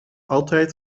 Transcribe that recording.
altijd